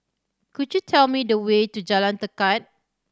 could you tell me the way to Jalan Tekad